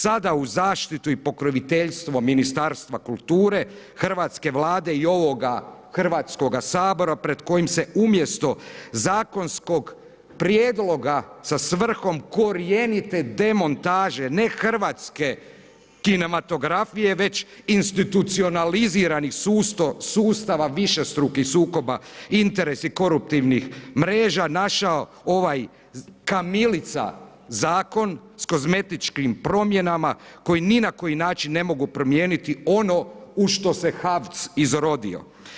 Sada u zaštitu i pokroviteljstvo Ministarstva kulture Hrvatske Vlade i ovoga Hrvatskoga sabora pred kojim se umjesto zakonskog prijedloga sa svrhom korjenite demontaže, ne hrvatske kinematografije već institucionaliziranih sustava višestrukih sukoba interesa i koruptivnih mreža našao ovaj kamilica zakon s kozmetičkim promjenama koje ni na koji način ne mogu promijeniti ono u što se HAVC izrodio.